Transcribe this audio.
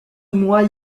moi